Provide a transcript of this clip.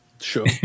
sure